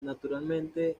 naturalmente